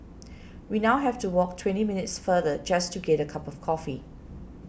we now have to walk twenty minutes farther just to get a cup of coffee